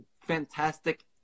fantastic